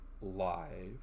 live